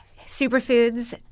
Superfoods